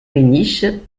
péniches